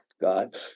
God